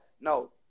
no